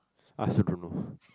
I also don't know